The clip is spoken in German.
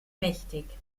mächtig